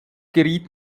geriet